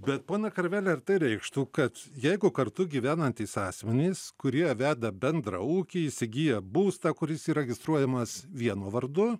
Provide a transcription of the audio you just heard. bet ponia karveli ar tai reikštų kad jeigu kartu gyvenantys asmenys kurie veda bendrą ūkį įsigyja būstą kuris įregistruojamas vienu vardu